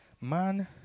man